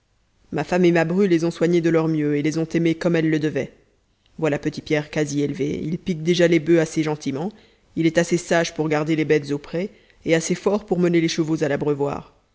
ma femme et ma bru les ont soignés de leur mieux et les ont aimés comme elles le devaient voilà petit pierre quasi élevé il pique déjà les bufs assez gentiment il est assez sage pour garder les bêtes au pré et assez fort pour mener les chevaux à l'abreuvoir